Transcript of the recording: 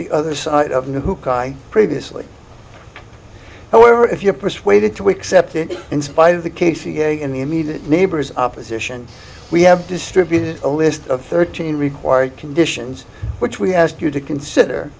the other side of new who cry previously however if you are persuaded to accept it in spite of the casey in the immediate neighbors opposition we have distributed a list of thirteen required conditions which we asked you to consider